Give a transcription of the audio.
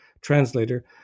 translator